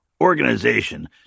Organization